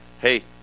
hey